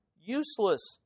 useless